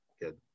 good